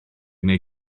neu